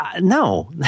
no